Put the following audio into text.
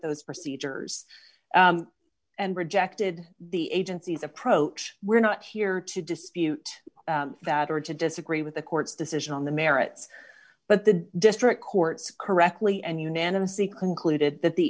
those procedures and rejected the agency's approach we're not here to dispute that or to disagree with the court's decision on the merits but the district court's correctly and unanimously concluded that the